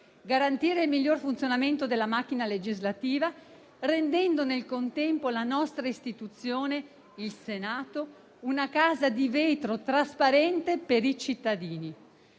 garantire il miglior funzionamento della macchina legislativa, rendendo nel contempo la nostra istituzione, il Senato, una casa di vetro trasparente per i cittadini.